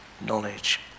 knowledge